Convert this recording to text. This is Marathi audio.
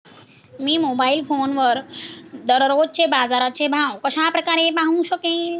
मी मोबाईल फोनवर दररोजचे बाजाराचे भाव कशा प्रकारे पाहू शकेल?